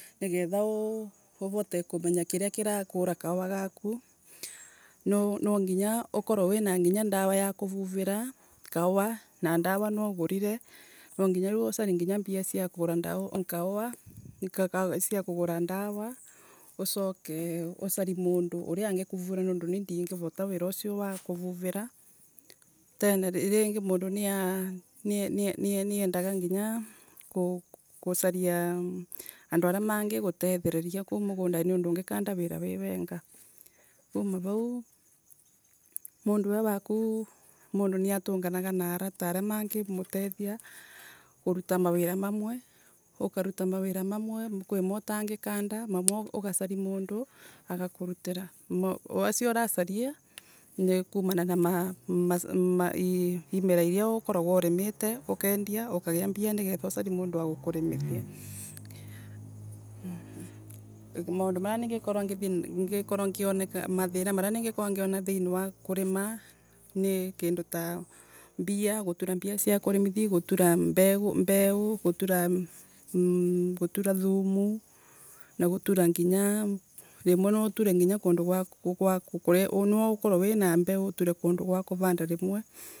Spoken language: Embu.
nigetha uvote kumenya kiria kirakura kava gaku no nwanginya ukorwe winanginya dawa ya kuvuvira kava na dawa nwaugurire. nwanginya riu warie mbia sia kugura dawa kava ik sia kugura dawa usoke usarie mundu uria ungikuvuvira nundu ni ndigivota wira usio wa kuvuvira. tena mingi mundu nia nie niendaga nginya ku kuraria andu aria mangigutetheriria kou mugundari nundu ndungikanda wira wi wenga koma vau mundu e wakou mundu niatonganaga na avota aria mangi mutethia kuvuta mawira mamwe ukavota mawira mamwe. kwimo utangikanda mamwe ugasaria mundu. agakuvutira ma asio urasaria nikumana na imera iria ukaragwa urimite ukendia. ukagia mbia niketha ugie mundu wa gukurimira. maundu maria ningikorwa ngithii ngikorwa ngio mathina maria iningikorwo ngiona thiini wa kurima ni kindu ta mbia gutura mbia sia kurimithia gutura mbeu mbeu gutura mmh gutura thumu na gutura nginya rimwe no uture nginya kundu kwa ku nwaukorwe wiria mbeu uture kundu kwa kuvanda rimwe.